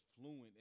fluent